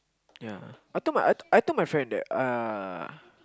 ya I told my I I told my friend that uh